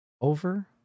over